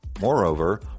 Moreover